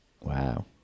wow